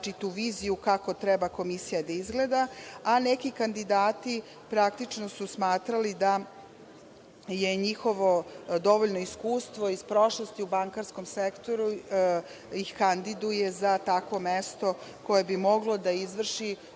različitu viziju kako treba komisija da izgleda, a neki kandidati su smatrali da je njihovo dovoljno iskustvo iz prošlosti u bankarskom sektoru ih kandiduje za takvo mesto koje bi moglo da izvrši